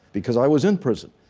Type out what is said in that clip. because i was in prison.